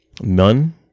None